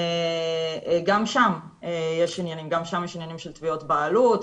גם שם יש עניינים של תביעות בעלות,